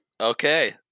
Okay